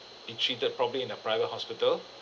be treated probably in a private hospital